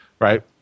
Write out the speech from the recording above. right